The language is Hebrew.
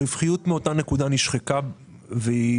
הרווחיות מאותה נקודה נשחקה והצטמקה.